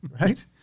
right